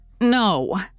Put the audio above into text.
No